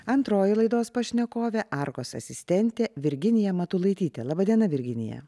antroji laidos pašnekovė arkos asistentė virginija matulaitytė laba diena virginija